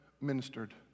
ministered